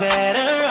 Better